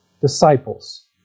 disciples